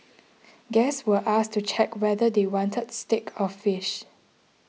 guests were asked to check whether they wanted steak or fish